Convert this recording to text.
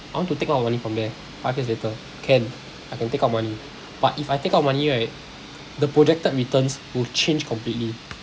I want to take out money from there five years later can I can take out money but if I take out money right the projected returns will change completely